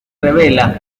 revela